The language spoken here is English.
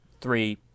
three